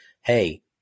hey